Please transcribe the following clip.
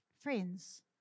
Friends